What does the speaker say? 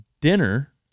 dinner